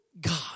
God